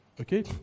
Okay